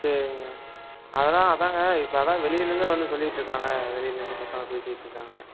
சரிங்க அதுதான் அதுதாங்க இப்போ அதுதான் வெளிலிருந்து வந்து சொல்லிக்கிட்டு இருக்காங்க வெளிலிருந்து பசங்கள் பேசிக்கிட்டு இருக்காங்க